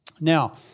Now